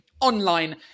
online